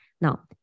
now